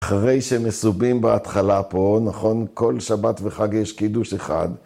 ‫אחרי שמסובים בהתחלה פה, נכון? ‫כל שבת וחג יש קידוש אחד.